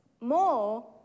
more